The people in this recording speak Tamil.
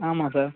ஆமாம் சார்